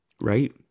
Right